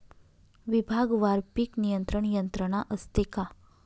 विभागवार पीक नियंत्रण यंत्रणा असते का?